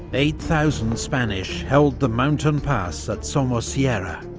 eight thousand spanish held the mountain pass at somosierra.